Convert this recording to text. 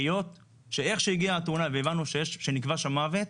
היות ואיך שהגיעה התאונה והבנו שנקבע שם מוות,